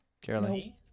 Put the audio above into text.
Caroline